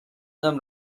them